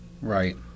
right